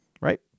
right